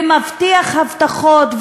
ומבטיח הבטחות,